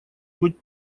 быть